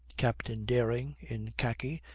captain dering, in khaki,